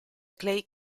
clay